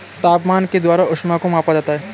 तापमान द्वारा ऊष्मा को मापा जाता है